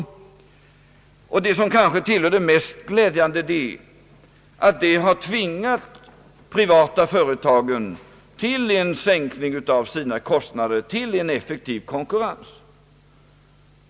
Till det mest glädjande hör kanske att dessa kostnadssänkningar har tvingat de privata företagen till en sänkning av sina kostnader — till en effektiv konkurrens.